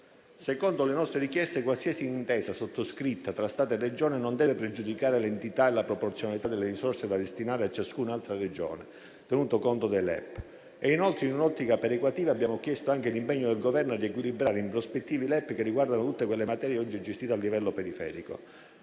Secondo le nostre richieste qualsiasi intesa sottoscritta tra Stato e Regioni non deve pregiudicare l'entità e la proporzionalità delle risorse da destinare a ciascuna altra Regione, tenuto conto dei LEP. Inoltre, in un'ottica perequativa, abbiamo chiesto anche l'impegno del Governo a riequilibrare in prospettiva i LEP che riguardano tutte quelle materie oggi gestite a livello periferico,